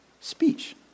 speech